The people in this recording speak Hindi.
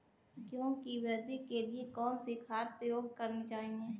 गेहूँ की वृद्धि के लिए कौनसी खाद प्रयोग करनी चाहिए?